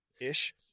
ish